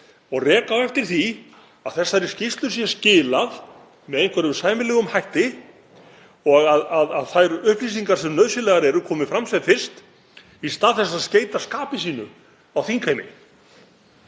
og reka á eftir því að þessari skýrslu sé skilað með einhverjum sæmilegum hætti og að þær upplýsingar sem nauðsynlegar eru komi fram sem fyrst, í stað þess að skeyta skapi sínu á þingheimi.